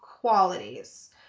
qualities